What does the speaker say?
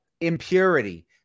impurity